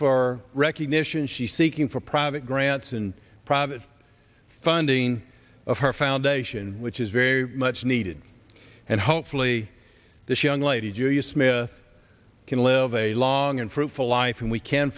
for recognition she's seeking for private grants and private funding of her foundation which is very much needed and hopefully this young lady julia smith can live a long and fruitful life and we can